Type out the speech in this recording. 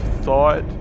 thought